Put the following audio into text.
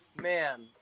man